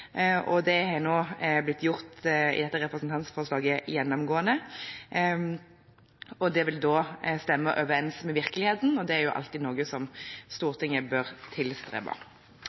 og det har nå blitt gjort i dette representantforslaget gjennomgående. Det vil da stemme overens med virkeligheten, og det er jo alltid noe Stortinget bør tilstrebe.